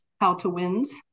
how-to-wins